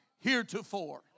heretofore